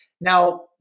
Now